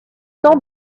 temps